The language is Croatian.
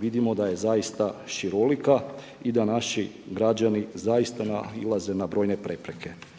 vidimo da je zaista šarolika i da naši građani zaista nailaze na brojne prepreke.